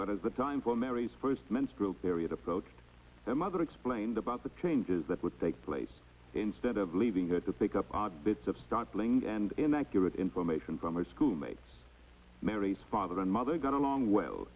but as the time for mary's first menstrual period approached their mother explained about the changes that would take place instead of leaving her to pick up odd bits of startling and inaccurate information from a schoolmate mary's father and mother got along well